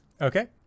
Okay